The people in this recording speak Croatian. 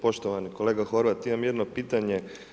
Poštovani kolega Horvat, imam jedno pitanje.